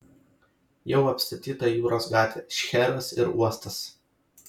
jau apstatyta jūros gatvė šcheras ir uostas